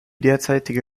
derzeitige